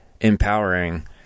empowering